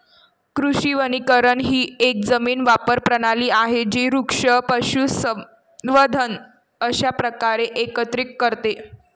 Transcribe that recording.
कृषी वनीकरण ही एक जमीन वापर प्रणाली आहे जी वृक्ष, पशुसंवर्धन अशा प्रकारे एकत्रित करते